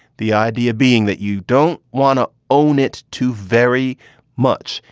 the idea being that you don't want to own it to very much,